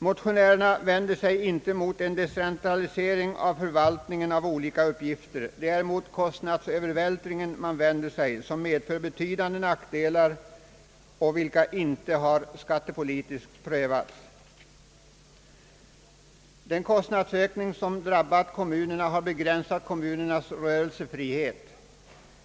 Motionärerna vänder sig inte met en decentralisering av förvaltningen av olika uppgifter. Det är mot kostnadsövervältringen man vänder sig, eftersom den medför betydande nackdelar vilka inte har skattepolitiskt prövats. Den kostnadsökning som har drabbat kommunerna har begränsat deras rörelsefrihet.